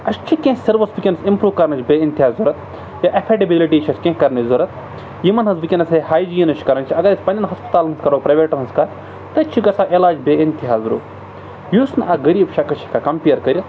اَسہِ چھِ کینٛہہ سٔروِس وٕنۍکٮ۪نَس اِمپرٛوٗ کَرنٕچ بے اِنتہاز ضوٚرَتھ یا ایفیڈِبِلِٹی چھَس کینٛہہ کَرنٕچ ضوٚرَتھ یِمَن ہٕنٛز وٕنۍکٮ۪نَسٕے ہایجیٖنٕچ کَرٕنۍ چھِ اَگَر أسۍ پنٛنٮ۪ن ہَسپَتالَن ہٕنٛز کَرو پرٛایویٹ ہٕنٛز کَتھ تَتہِ چھِ گژھان علاج بے اِنتِہاز ضوٚرَتھ یُس نہٕ اَکھ غریٖب شَخص چھُ ہٮ۪کان کَمپِیَر کٔرِتھ